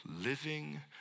living